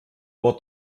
war